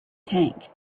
tank